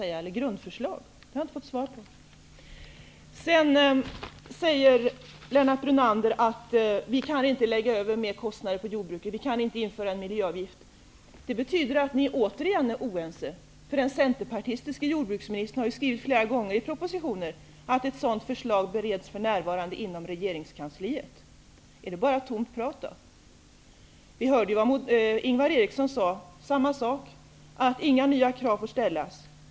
Det har jag inte fått svar på. Lennart Brunander säger att vi inte kan lägga över mer kostnader på jordbruket, vi kan inte införa en miljöavgift. Det betyder att ni återigen är oense. Den centerpartistiske jordbruksministern har ju skrivit flera gånger i propositioner att ett sådant förslag bereds för närvarande inom regeringskansliet. Är det bara tomt prat? Vi hörde ju att Ingvar Eriksson sade samma sak. Inga nya krav får ställas.